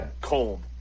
cold